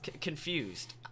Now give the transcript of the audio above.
confused